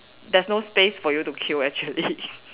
there's no space for you to queue actually